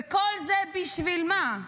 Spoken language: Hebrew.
וכל זה בשביל מה?